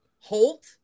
Holt